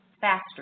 faster